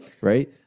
Right